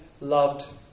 loved